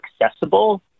accessible